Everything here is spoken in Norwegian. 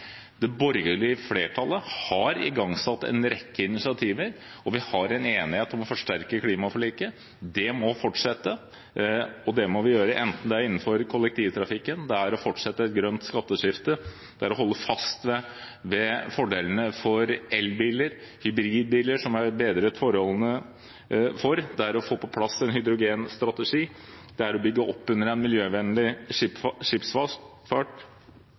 Det borgerlige flertallet har igangsatt en rekke initiativer, og vi har en enighet om å forsterke klimaforliket. Det må fortsette enten det er innenfor kollektivtrafikken, det er å fortsette et grønt skatteskifte, det er å holde fast ved fordelene for elbiler, hybridbiler, som det er bedret forholdene for, det er å få på plass en hydrogenstrategi, eller det er å bygge opp under en miljøvennlig